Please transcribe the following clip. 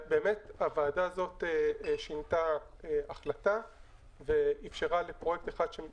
באמת הוועדה הזאת שינתה החלטה ואפשרה לפרויקט אחד שהיה